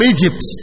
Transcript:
Egypt